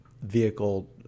vehicle